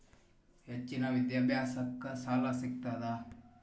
ಹೆಚ್ಚಿನ ವಿದ್ಯಾಭ್ಯಾಸಕ್ಕ ಸಾಲಾ ಸಿಗ್ತದಾ?